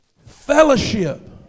fellowship